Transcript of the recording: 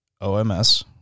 O-M-S